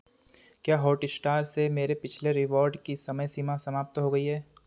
क्या हॉटस्टार से मेरे पिछले रिवॉर्ड की समय सीमा समाप्त हो गई है